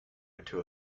into